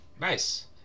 Nice